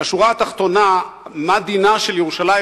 ובשורה התחתונה: מה דינה של ירושלים